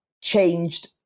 changed